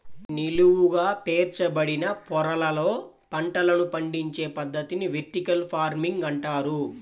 నిలువుగా పేర్చబడిన పొరలలో పంటలను పండించే పద్ధతిని వెర్టికల్ ఫార్మింగ్ అంటారు